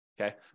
okay